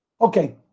Okay